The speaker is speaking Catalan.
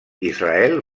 israel